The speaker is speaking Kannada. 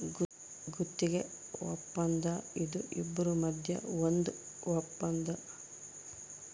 ಗುತ್ತಿಗೆ ವಪ್ಪಂದ ಇದು ಇಬ್ರು ಮದ್ಯ ಒಂದ್ ವಪ್ಪಂದ